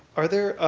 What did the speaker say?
are there